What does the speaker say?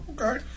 okay